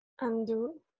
Undo